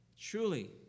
truly